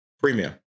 premium